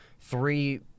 three